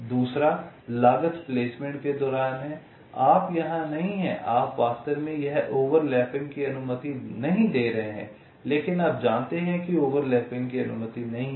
दूसरी लागत प्लेसमेंट के दौरान है आप यहां नहीं हैं आप वास्तव में यह ओवरलैपिंग की अनुमति नहीं दे रहे हैं लेकिन आप जानते हैं कि ओवरलैपिंग की अनुमति नहीं है